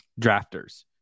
drafters